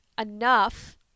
enough